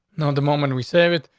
no, the moment we save it,